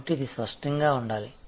కాబట్టి ఇది స్పష్టంగా ఉండాలి